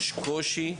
יש עם זה קושי.